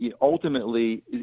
ultimately